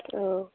औ